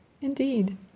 Indeed